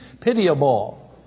Pitiable